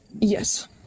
Yes